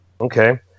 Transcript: Okay